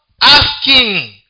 asking